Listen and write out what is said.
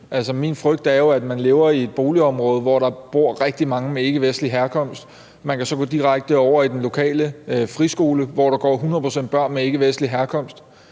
Min frygt er jo, at man lever i et boligområde, hvor der bor rigtig mange med ikkevestlig herkomst. Man kan så gå direkte over til den lokale friskole, hvor der går 100 pct. børn med ikkevestlig herkomst,